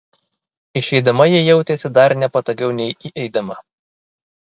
išeidama ji jautėsi dar nepatogiau nei įeidama